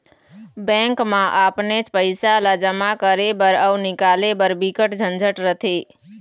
bank म अपनेच पइसा ल जमा करे बर अउ निकाले बर बिकट झंझट रथे